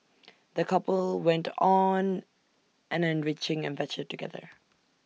the couple went on an enriching adventure together